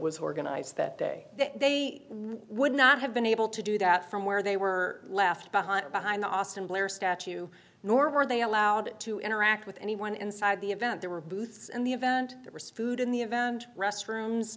was organized that day they would not have been able to do that from where they were left behind behind the austin blair statue nor were they allowed to interact with anyone inside the event there were booths and the event responded in the event restrooms